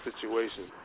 situation